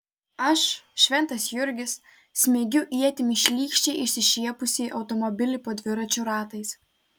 aš šventas jurgis smeigiu ietimi šlykščiai išsišiepusį automobilį po dviračio ratais